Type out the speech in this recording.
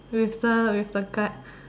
with the with the card